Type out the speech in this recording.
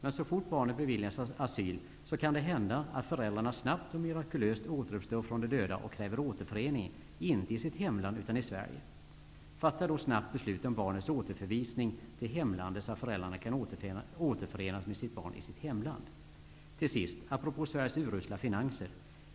Men så fort barnet beviljats asyl kan det hända att föräldrarna snabbt och mirakulöst åte ruppstår från de döda och kräver återförening -- inte i sitt hemland utan i Sverige. Fatta då snabbt beslut om barnets återförvisning till hemlandet så att föräldrarna kan återförenas med sitt barn i sitt hemland. Till sist -- apropå Sveriges urusla finanser.